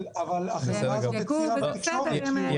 אבל עכשיו מופיע בתקשורת --- יחיאל.